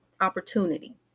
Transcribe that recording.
opportunity